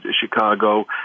Chicago